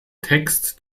text